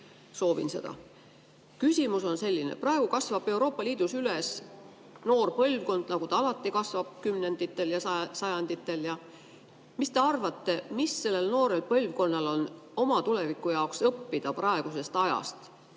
soovin seda. Küsimus on selline. Praegu kasvab Euroopa Liidus üles noor põlvkond, nagu ta on ka eelmistel kümnenditel ja sajanditel kasvanud. Mis te arvate, mida sellel noorel põlvkonnal on oma tuleviku jaoks õppida praegusest ajast?